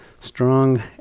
strong